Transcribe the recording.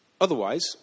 Otherwise